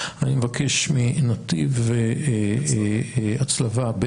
אני מבקש מנתיב הצלבה,